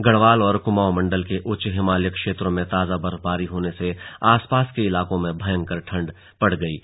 गढ़वाल और कुमाऊं मंडल के उच्च हिमालयी क्षेत्रों में ताजा बर्फबारी होने से आसपास के इलाकों में भयंकर ठंड हो गई है